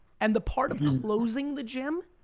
and the part of closing the gym,